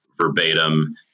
verbatim